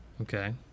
Okay